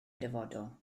dyfodol